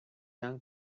young